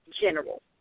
general